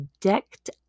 decked